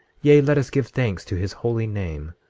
yea, let us give thanks to his holy name,